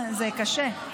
זה קשה.